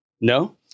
No